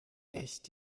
echt